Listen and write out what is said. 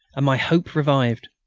and my hope revived.